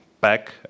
back